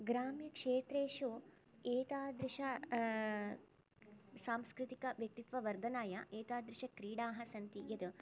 ग्राम्यक्षेत्रेषु एतादृश सांस्कृतिकव्यक्तित्ववर्धनाय एतादृशक्रीडाः सन्ति यत्